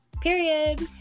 Period